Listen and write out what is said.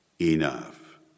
enough